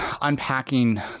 unpacking